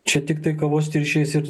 čia tiktai kavos tirščiais ir